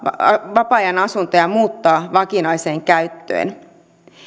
vapaa ajanasuntoja muuttaa vakinaiseen käyttöön